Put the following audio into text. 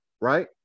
right